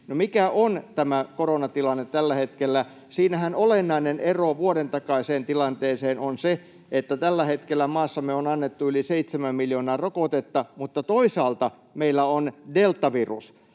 mikä on tämä koronatilanne tällä hetkellä? Siinähän olennainen ero vuodentakaiseen tilanteeseen on se, että tällä hetkellä maassamme on annettu yli 7 miljoonaa rokotetta, mutta toisaalta meillä on deltavirus,